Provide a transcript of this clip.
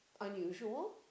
unusual